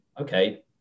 okay